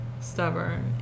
Stubborn